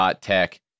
.tech